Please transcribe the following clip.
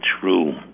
true